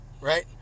right